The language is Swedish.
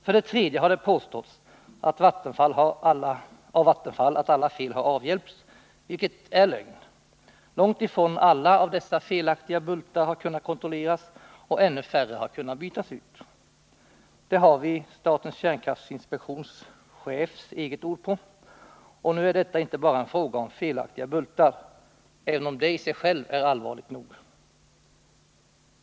För det tredje har det av Vattenfall påståtts att alla fel har avhjälpts, vilket är lögn. Långt ifrån alla av dessa felaktiga bultar har kunnat kontrolleras, och ännu färre har kunnat bytas ut. Det har vi statens kärnkraftinspektions chefs eget ord på. Nu är detta inte bara en fråga om felaktiga bultar, även om det i sig självt är allvarligt nog.